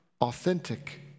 authentic